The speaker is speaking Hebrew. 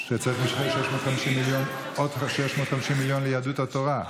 שצריך עוד 650 מיליון ליהדות התורה.